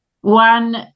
one